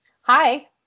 hi